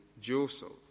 Joseph